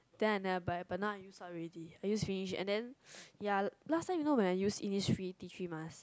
then I never buy but now I use already I use finish and then ya last time you know when I use Innisfree tea tree mask